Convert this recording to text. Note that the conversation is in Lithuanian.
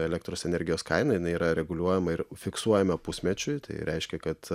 elektros energijos kaina jinai yra reguliuojama ir fiksuojama pusmečiui tai reiškia kad